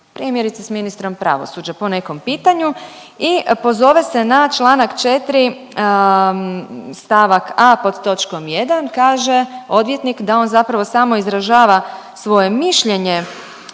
primjerice s ministrom pravosuđa po nekom pitanju i pozove se na Članak 4. stavak a) pod točkom 1. kaže odvjetnik da on zapravo samo izražava svoje mišljenje